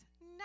No